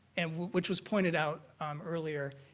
and which was pointed out earlier,